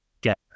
get